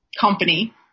company